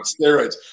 steroids